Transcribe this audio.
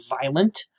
violent